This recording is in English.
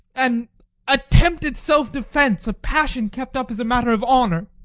an attempt at self-defence, a passion kept up as a matter of honor